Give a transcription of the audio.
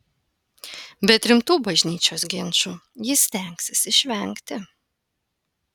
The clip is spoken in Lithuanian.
bet rimtų bažnyčios ginčų ji stengsis išvengti